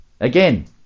Again